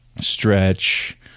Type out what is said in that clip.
stretch